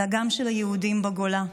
אלא גם של היהודים בגולה,